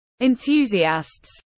enthusiasts